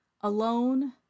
alone